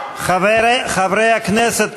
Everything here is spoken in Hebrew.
------ חברי הכנסת,